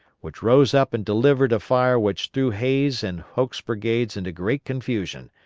which rose up and delivered a fire which threw hays' and hoke's brigades into great confusion,